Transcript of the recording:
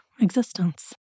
existence